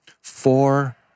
four